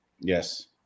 Yes